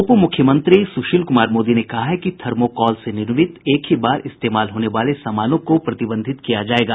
उप मुख्यमंत्री सुशील कुमार मोदी ने कहा है कि थर्मोकोल से निर्मित एक ही बार इस्तेमाल होने वाले सामानों को प्रतिबंधित किया जाएगा